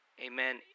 amen